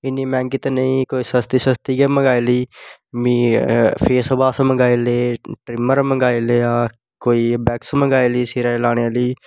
इन्नी मैंह्गी ते नेईं कोई सस्ती सस्ती गै मंगोआई लेई में फेसवाश मंगोआई लेई ट्रिमर मंगोआई लेआ कोई वैक्स मंगोआई लेई सिरे गी लाने आह्ली